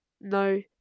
no